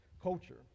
culture